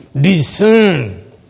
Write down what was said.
Discern